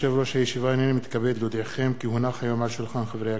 חישוב שכר לימוד לצורך הנחה בארנונה),